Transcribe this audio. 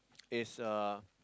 is uh